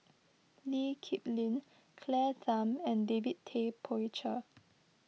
Lee Kip Lin Claire Tham and David Tay Poey Cher